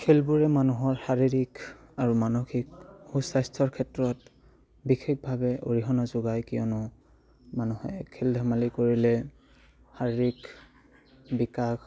খেলবোৰে মানুহৰ শাৰীৰিক আৰু মানসিক সুস্বাস্থ্যৰ ক্ষেত্ৰত বিশেষভাৱে অৰিহণা যোগায় কিয়নো মানুহে খেল ধেমালি কৰিলে শাৰীৰিক বিকাশ